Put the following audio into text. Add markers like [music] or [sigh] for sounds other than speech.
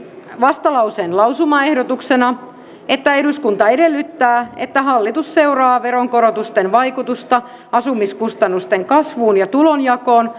vastalauseen lausumaehdotuksena että eduskunta edellyttää että hallitus seuraa veronkorotusten vaikutusta asumiskustannusten kasvuun ja tulonjakoon [unintelligible]